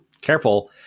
careful